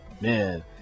man